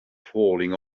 falling